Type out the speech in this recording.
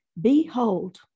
Behold